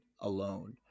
alone